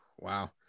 Wow